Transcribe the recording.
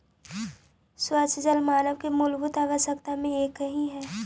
स्वच्छ जल मानव के मूलभूत आवश्यकता में से एक हई